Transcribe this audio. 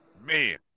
man